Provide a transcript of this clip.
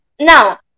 Now